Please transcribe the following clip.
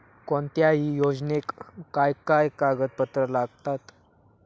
कोणत्याही योजनेक काय काय कागदपत्र लागतत?